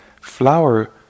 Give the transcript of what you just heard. flower